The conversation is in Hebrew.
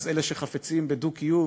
אז, לאלה שחפצים בדו-קיום,